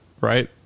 right